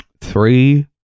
Three